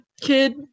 kid